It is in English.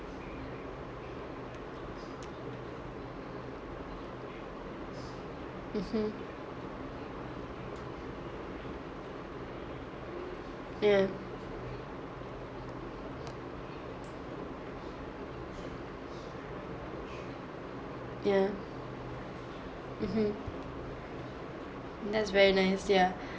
mmhmm ya ya mmhmm that's very nice ya